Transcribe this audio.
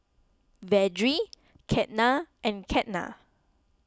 Vedre Ketna and Ketna